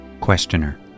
Questioner